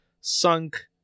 sunk